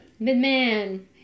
Midman